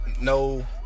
No